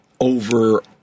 over